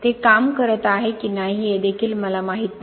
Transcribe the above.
ते काम करत आहे की नाही हे देखील मला माहित नाही